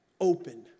open